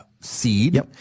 seed